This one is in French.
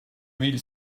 mille